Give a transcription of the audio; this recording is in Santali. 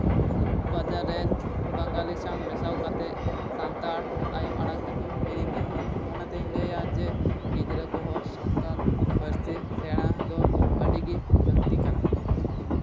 ᱵᱟᱡᱟᱨ ᱨᱮᱱ ᱵᱟᱝᱟᱞᱤ ᱥᱟᱶ ᱢᱮᱥᱟᱣ ᱠᱟᱛᱮᱫ ᱥᱟᱱᱛᱟᱲ ᱟᱭᱳ ᱟᱲᱟᱝ ᱫᱚᱠᱚ ᱦᱤᱲᱤᱧ ᱮᱫᱟ ᱚᱱᱟ ᱛᱤᱧ ᱞᱟᱹᱭᱟ ᱡᱮ ᱜᱤᱫᱽᱨᱟᱹ ᱠᱚᱦᱚᱸ ᱥᱟᱱᱛᱟᱲ ᱯᱟᱹᱨᱥᱤ ᱥᱮᱲᱟ ᱫᱚ ᱟᱹᱰᱤᱜᱮ ᱞᱟᱹᱠᱛᱤ ᱠᱟᱱᱟ